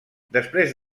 després